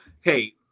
Hey